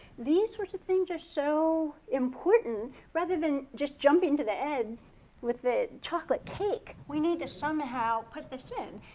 these sort of things are so important rather than just jumping to the end with the chocolate cake. we need to somehow put this in.